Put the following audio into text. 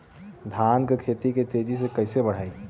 धान क खेती के तेजी से कइसे बढ़ाई?